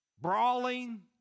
brawling